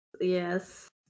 Yes